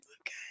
Okay